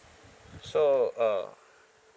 so uh